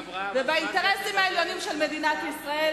ובאינטרסים העליונים של מדינת ישראל.